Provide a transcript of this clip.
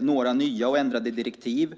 några nya och ändrade direktiv.